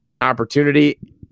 opportunity